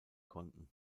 konnten